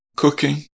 Cooking